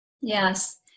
Yes